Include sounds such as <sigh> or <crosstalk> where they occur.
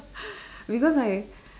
<breath> because I